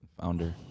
Founder